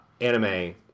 anime